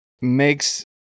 makes